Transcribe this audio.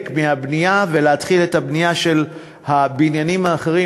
מהבנייה ולהתחיל את הבנייה של הבניינים האחרים.